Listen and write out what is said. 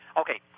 okay